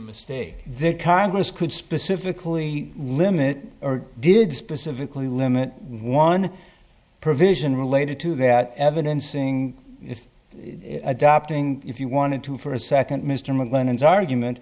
mistake that congress could specifically limit or did specifically limit one provision related to that evidencing adopting if you wanted to for a second mr maclennan is argument